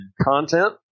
content